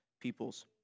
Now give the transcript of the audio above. peoples